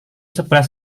sebelah